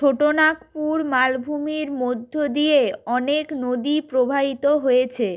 ছোটো নাগপুর মালভূমির মধ্য দিয়ে অনেক নদী প্রবাহিত হয়েছে